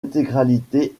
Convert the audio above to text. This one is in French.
intégralité